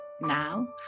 now